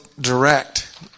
direct